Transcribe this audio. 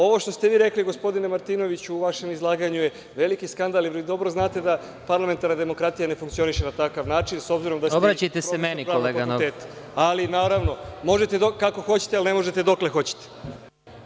Ovo što ste vi rekli gospodine Martinoviću u vašem izlaganju je veliki skandal i vi dobro znate da parlamentarna demokratija ne funkcioniše na takav način, s obzirom da ste profesor na fakultetu, ali naravno, možete kako hoćete, ali ne možete dokle hoćete.